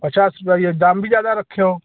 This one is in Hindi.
पचास रुपये ये दाम भी ज़्यादा रखे हो